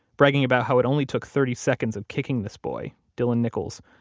bragging about how it only took thirty seconds of kicking this boy, dylan nichols,